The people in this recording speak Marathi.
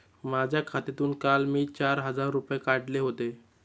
माझ्या खात्यातून काल मी चार हजार रुपये काढले होते